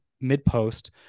mid-post